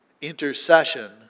intercession